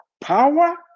power